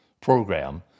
program